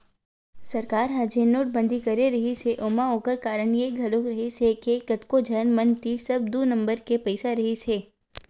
सरकार ह जेन नोटबंदी करे रिहिस हे ओमा ओखर कारन ये घलोक रिहिस हे के कतको झन मन तीर सब दू नंबर के पइसा रहिसे हे